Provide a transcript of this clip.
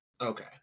okay